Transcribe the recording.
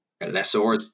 lessors